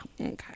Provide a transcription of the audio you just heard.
okay